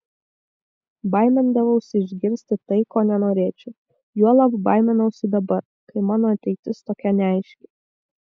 baimindavausi išgirsti tai ko nenorėčiau juolab baiminausi dabar kai mano ateitis tokia neaiški